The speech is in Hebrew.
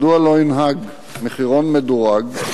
2. מדוע לא יונהג מחירון מדורג,